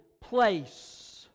place